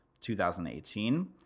2018